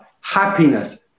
happiness